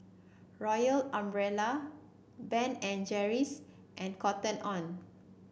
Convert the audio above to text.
Royal Umbrella Ben and Jerry's and Cotton On